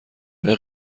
آیا